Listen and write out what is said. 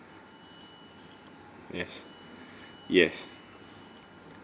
yes yes